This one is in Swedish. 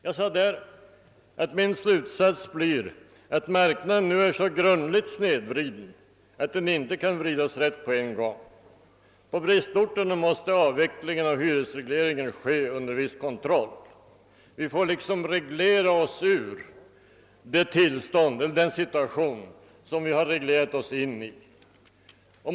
Jag sade då: Min slutsats blir att marknaden nu är så grundligt snedvriden att den inte kan vridas rätt på en gång. På bristorterna måste avvecklingen av hyresregleringen ske under viss kontroll. Vi får liksom reglera oss ur den situation som vi har reglerat oss in i.